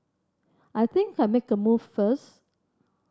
I think I'll make a move first